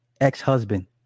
ex-husband